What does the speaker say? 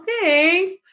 thanks